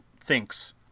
thinks